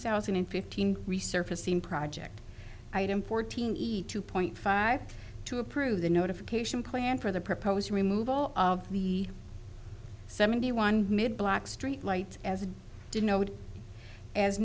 thousand and fifteen resurfacing project item fourteen two point five to approve the notification plan for the proposed to remove all of the seventy one mid block street light as denoted as